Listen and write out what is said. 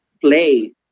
play